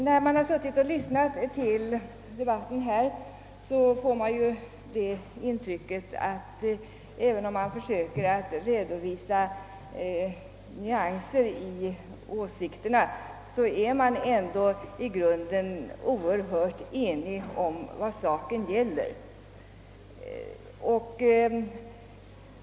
När man har lyssnat till debatten får man det intrycket att talarna, även om de försöker redovisa nyanser i åsikterna, ändå i grunden är oerhört eniga om vad saken gäller.